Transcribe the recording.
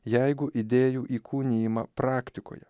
jeigu idėjų įkūnijimą praktikoje